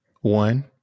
One